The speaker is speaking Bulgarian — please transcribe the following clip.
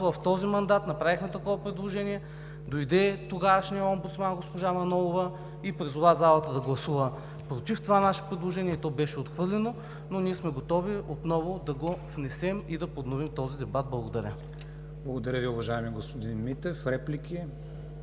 в този мандат направихме такова предложение, дойде тогавашният омбудсман госпожа Манолова и призова залата да гласува против това наше предложение, то беше отхвърлено. Ние сме готови отново да го внесем и да подновим този дебат. Благодаря. ПРЕДСЕДАТЕЛ КРИСТИАН ВИГЕНИН: Благодаря Ви, уважаеми господин Митев. Реплики?